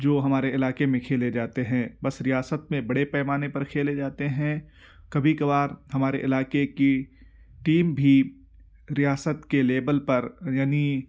جو ہمارے علاقے میں کھیلے جاتے ہیں بس ریاست میں بڑے پیمانے پر کھیلے جاتے ہیں کبھی کبھار ہمارے علاقے کی ٹیم بھی ریاست کے لیول پر یعنی